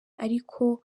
ariko